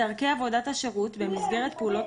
"3.(א)מידע טכנולוגי שאסף השירות לפי החלטה זו יישמר